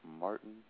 Martin